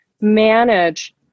manage